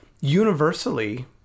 universally